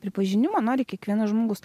pripažinimo nori kiekvienas žmogus